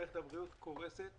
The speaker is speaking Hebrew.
מערכת הבריאות קורסת,